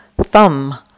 thumb